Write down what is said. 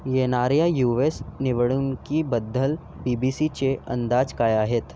येणाऱ्या U S निवडणुकींबद्दल बी बी सीचे अंदाज काय आहेत